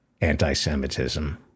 anti-Semitism